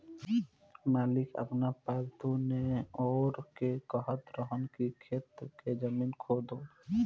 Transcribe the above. मालिक आपन पालतु नेओर के कहत रहन की खेत के जमीन खोदो